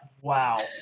wow